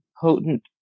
potent